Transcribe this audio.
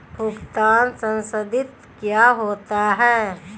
भुगतान संसाधित क्या होता है?